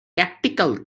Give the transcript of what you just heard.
tactical